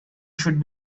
should